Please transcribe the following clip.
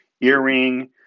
earring